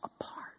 apart